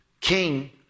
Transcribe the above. king